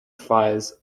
fires